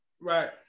Right